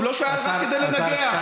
הוא לא שאל רק כדי לנגח.